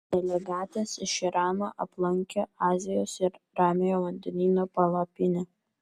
delegatės iš irano aplankė azijos ir ramiojo vandenyno palapinę